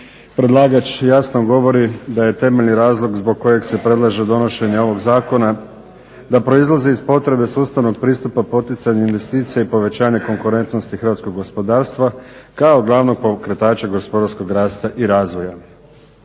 predlagač jasno govori da je temeljni razlog zbog kojeg se predlaže donošenje ovog zakona da proizlazi iz potrebe sustavnog pristupa poticanja investicija i povećanja konkurentnosti hrvatskog gospodarstva kao glavnog pokretača gospodarskog rasta i razvoja.